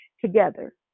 together